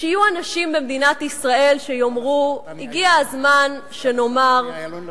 יהיו אנשים במדינת ישראל שיאמרו: הגיע הזמן שנאמר